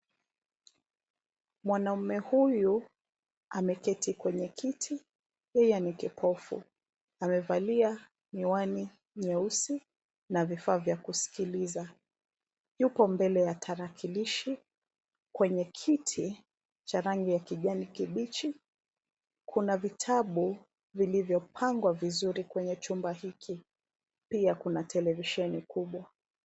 mwanaumu huyu ameketi kwenye kiti, yeye ni kipofu. Amevalia miwani nyeusi na vifaa vya kusikiliza. Yupo mbele ya tarakilishi kwenye kitu cha rangi ya kijani kibichi, kuna vitabu vilivyopangwa vizuri kwenye chumba hiki pia kuna televisheni kubwa.